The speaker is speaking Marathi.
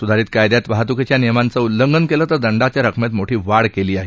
सुधारित कायद्यात वाहतुकीच्या नियमांचं उल्लंघन केलं तर दंडाच्या रकमेत मोठी वाढ केली आहे